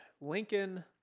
Lincoln